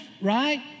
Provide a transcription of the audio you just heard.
right